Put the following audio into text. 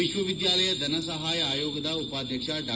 ವಿಶ್ವವಿದ್ಯಾಲಯ ಧನಸಹಾಯ ಆಯೋಗದ ಉಪಾಧಕ್ಷ ಡಾ